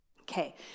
Okay